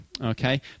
Okay